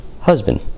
husband